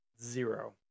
zero